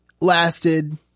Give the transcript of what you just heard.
lasted